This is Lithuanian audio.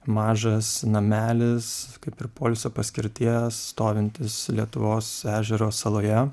mažas namelis kaip ir poilsio paskirties stovintis lietuvos ežero saloje